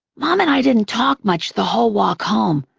mom and i didn't talk much the whole walk home,